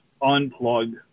unplug